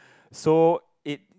so it